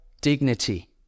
dignity